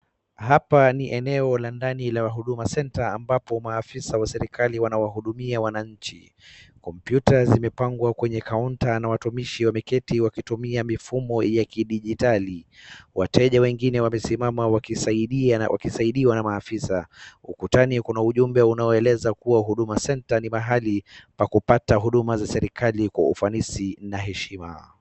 Hapa ni eneo la ndani la Huduma Center ambapo maafisa wa serikali wanawahudumia wananchi, Kompyuta zimepangwa kwenye kaunta na watumishi wameketi wakitumia mifumo ya kidijitali. wateja wengine wamesimama wakisaidiwa na maafisa. Kutani kuna ujumbe unaoleza kuwa Huduma Center ni pahali pa kupata huduma za serikali kwa ufanisi na heshima.